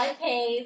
Okay